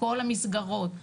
כל המסגרות,